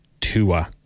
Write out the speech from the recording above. Tua